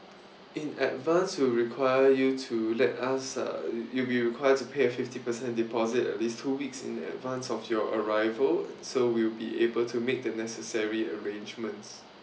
in advance we'll require you to let us uh you'll be required to pay a fifty percent deposit at least two weeks in advance of your arrival so we'll be able to make the necessary arrangements